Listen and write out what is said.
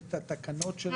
את התקנות שלהם?